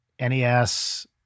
NES